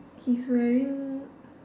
he's wearing